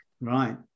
Right